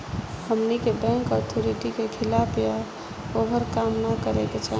हमनी के bank authority के खिलाफ या ओभर काम न करे के चाही